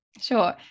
Sure